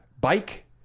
bike